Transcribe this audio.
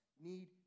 need